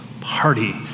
party